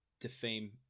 defame